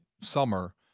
summer